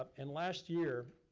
um and last year,